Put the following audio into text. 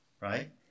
right